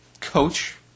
Coach